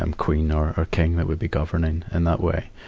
um queen nor ah king that would be governing in that way.